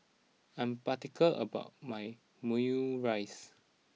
I am particular about my Omurice